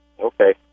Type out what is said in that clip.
Okay